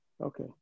Okay